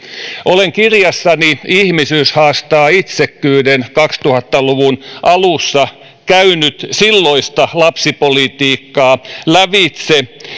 olen kirjassani ihmisyys haastaa itsekkyyden kaksituhatta luvun alussa käynyt silloista lapsipolitiikkaa lävitse